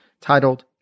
titled